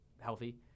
healthy